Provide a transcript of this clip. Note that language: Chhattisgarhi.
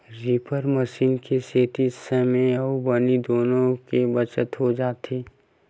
रीपर मसीन के सेती समे अउ बनी दुनो के बचत हो जाथे